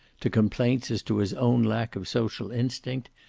to complaints as to his own lack of social instinct,